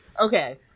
Okay